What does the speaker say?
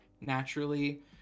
naturally